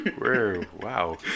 wow